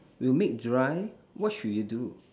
will make dry what should you do